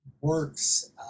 works